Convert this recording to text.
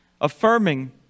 Affirming